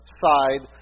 side